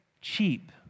cheap